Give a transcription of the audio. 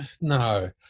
no